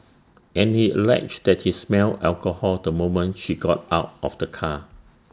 and he alleged that he smelled alcohol the moment she got out of the car